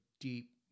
deep